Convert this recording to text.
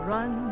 Run